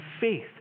faith